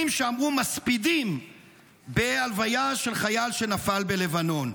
שאמרו מספידים בהלוויה של חייל שנפל בלבנון.